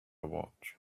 watch